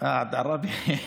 עד עראבה?